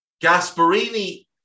Gasparini